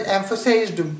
emphasized